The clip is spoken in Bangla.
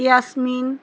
ইয়াসমিন